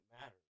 matters